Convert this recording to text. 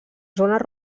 zones